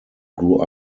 grew